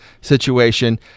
situation